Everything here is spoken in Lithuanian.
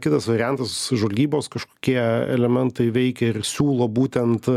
kitas variantas žvalgybos kažkokie elementai veikia ir siūlo būtent